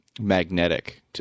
magnetic